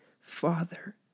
Father